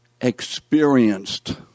experienced